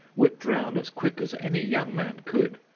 whipped round as quick as any young man could,